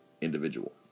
individual